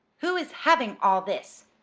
who is having all this?